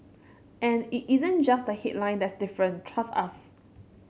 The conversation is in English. and it isn't just the headline that's different trust us